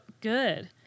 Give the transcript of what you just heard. good